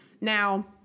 now